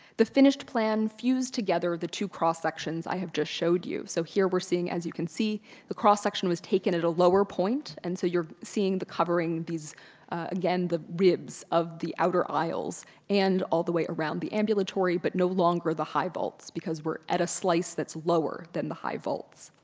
the finished plan fused together the two cross sections i have just showed you. so here, we're seeing as you can see the cross section was taken at a lower point, and so you're seeing the covering these again the ribs of the outer aisles and all the way around the ambulatory, but no longer the high vaults because we're at a slice that's lower than the high vaults.